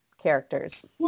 characters